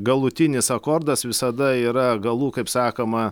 galutinis akordas visada yra galų kaip sakoma